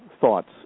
thoughts